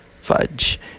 Fudge